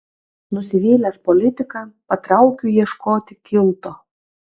nusivylęs politika patraukiu ieškoti kilto